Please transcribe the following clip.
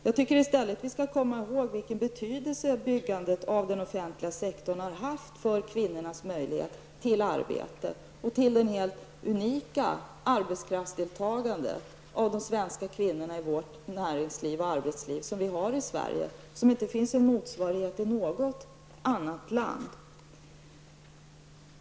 Jag tycker att vi i stället skall komma ihåg vilken betydelse byggandet av den offentliga sektorn har haft för kvinnornas möjligheter till arbete och till det helt unika arbetskraftsdeltagandet av kvinnorna i vårt näringsliv och arbetsliv i Sverige. Det finns inte någon motsvarighet till detta i något annat land.